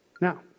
Now